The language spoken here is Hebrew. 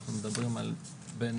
אנחנו מדברים על בין